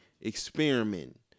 experiment